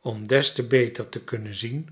om des te beter te kunnen zien